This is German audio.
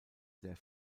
der